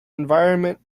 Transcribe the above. environment